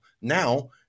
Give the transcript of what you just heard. Now